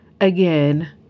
again